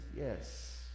yes